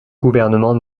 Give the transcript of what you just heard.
gouvernement